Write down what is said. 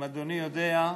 אם אדוני יודע,